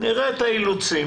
נראה את האילוצים.